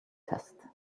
test